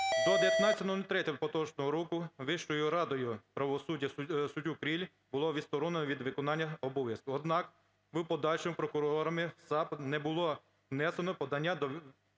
До 19.03 поточного року Вищою радою правосуддя суддю Кріля було відсторонено від виконання обов'язків. Однак в подальшому прокурорами САП не було внесено подання до Вищої